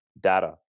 data